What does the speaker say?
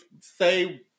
say